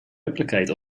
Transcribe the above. replicate